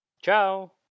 Ciao